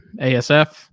ASF